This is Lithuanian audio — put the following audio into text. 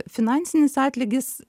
finansinis atlygis